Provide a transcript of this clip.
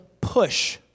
PUSH